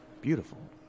Beautiful